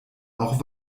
auch